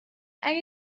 اگه